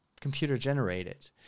computer-generated